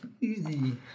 Easy